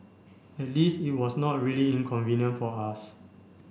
at least it was not really inconvenient for us